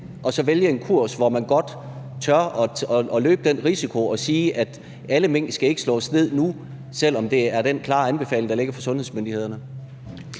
og vælge en kurs, hvor man godt tør løbe den risiko og sige, at alle mink ikke skal slås ned nu, selv om der er den klare anbefaling, der ligger fra sundhedsmyndighederne.